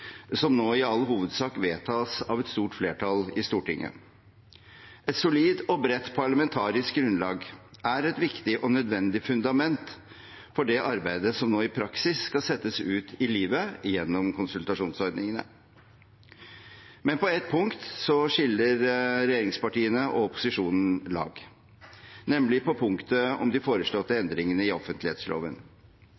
som nå i all hovedsak vedtas av et stort flertall i Stortinget. Et solid og bredt parlamentarisk grunnlag er et viktig og nødvendig fundament for det arbeidet som nå i praksis skal settes ut i livet gjennom konsultasjonsordningene. Men på ett punkt skiller regjeringspartiene og opposisjonen lag, nemlig på punktet om de foreslåtte